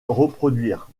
reproduire